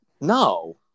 No